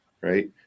right